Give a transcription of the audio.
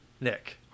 nick